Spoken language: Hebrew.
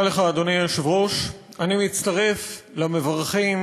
תודה לך, אדוני היושב-ראש, אני מצטרף למברכים,